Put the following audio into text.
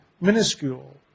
minuscule